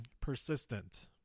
persistent